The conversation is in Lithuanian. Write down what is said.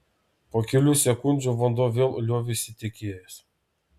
po kelių sekundžių vanduo vėl liovėsi tekėjęs